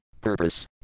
purpose